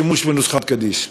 בשימוש בנוסחת גדיש.